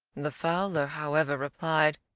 the fowler, however, replied,